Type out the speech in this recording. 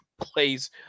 plays